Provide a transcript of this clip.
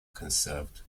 conserved